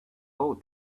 all